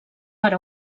ara